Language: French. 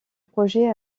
projet